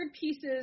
pieces